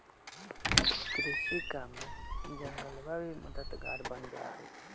कृषि काम में जंगलवा भी मददगार बन जाहई